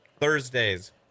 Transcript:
Thursdays